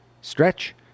stretch